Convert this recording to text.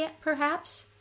perhaps